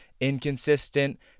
inconsistent